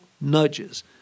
nudges